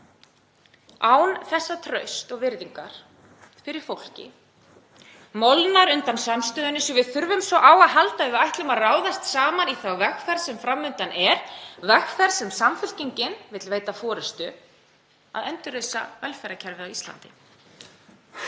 Án þessa trausts og virðingar fyrir fólki molnar undan samstöðunni sem við þurfum svo á að halda ef við ætlum að ráðast saman í þá vegferð sem fram undan er, vegferð sem Samfylkingin vill veita forystu, að endurreisa velferðarkerfið á Íslandi.